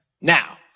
Now